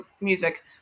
Music